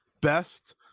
best